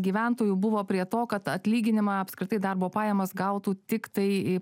gyventojų buvo prie to kad atlyginimą apskritai darbo pajamas gautų tiktai